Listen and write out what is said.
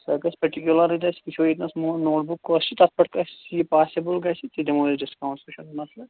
سۄ گژھِ پٔٹِکیولر ہِش آسہِ وٕچھَو ییٚتنَس نوٹ بُک کۄس چھِ تَتھ پٮ۪ٹھ اَسہِ یہِ پاسِبٕل گَژھِ تہِ دِمو أسۍ ڈِسکاوُنٹ سُہ چھُنہٕ مَسلہٕ